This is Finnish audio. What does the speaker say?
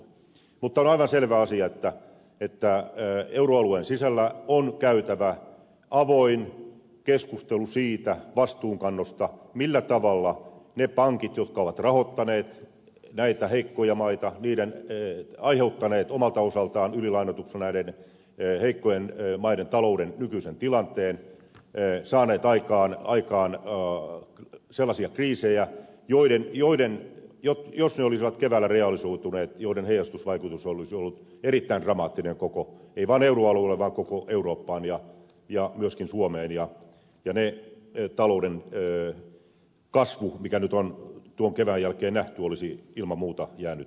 mutta on aivan selvä asia että euroalueen sisällä on käytävä avoin keskustelu siitä vastuunkannosta millä tavalla ne pankit jotka ovat rahoittaneet näitä heikkoja maita ovat aiheuttaneet omalta osaltaan ylilainoituksella näiden heikkojen maiden talouden nykyisen tilanteen saaneet aikaan sellaisia kriisejä joiden heijastusvaikutus jos ne olisivat keväällä realisoituneet olisi ollut erittäin dramaattinen ei vaan euroalueella vaan koko eurooppaan ja myöskin suomeen ja se talouden kasvu mikä nyt on tuon kevään jälkeen nähty olisi ilman muuta jäänyt toteutumatta